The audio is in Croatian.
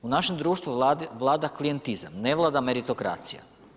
U našem društvu vlada klijentizam, ne vlada meritokracija.